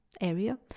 area